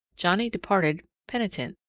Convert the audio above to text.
johnnie departed penitent,